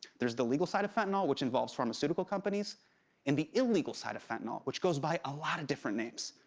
there's the legal side of fentanyl, which involves pharmaceutical companies and the illegal side of fentanyl, which goes by a lot of different names.